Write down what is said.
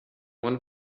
one